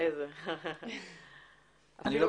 אני לא